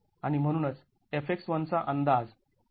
आणि म्हणूनच Fx1 चा अंदाज च्या दृष्टीने केला जाऊ शकतो